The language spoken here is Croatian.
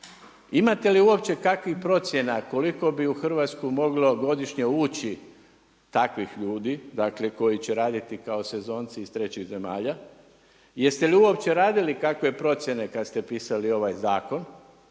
imate li uopće kakvih procjena, koliko bi u Hrvatsku moglo godišnje ući takvih ljudi, dakle koji će raditi kao sezonci iz trećih zemalja? Jeste li uopće radili kakve procjene kad ste pisali ovaj zakon